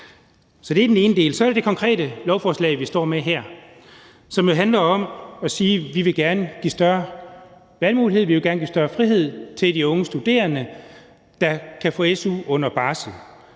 Så det er den ene del. Så er der det konkrete lovforslag, vi står med her, som jo handler om at sige: Vi vil gerne give flere valgmuligheder, vi vil gerne give større frihed til de unge studerende, der kan få su under barsel.